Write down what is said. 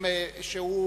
שהוא מינימום,